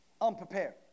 unprepared